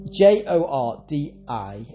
J-O-R-D-I